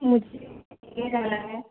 मुझे जाना है